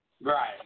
Right